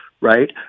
right